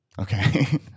Okay